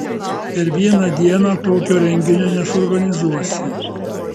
per vieną dieną tokio renginio nesuorganizuosi